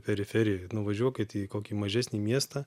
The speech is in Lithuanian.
periferijoj nuvažiuokit į kokį mažesnį miestą